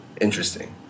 Interesting